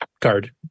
card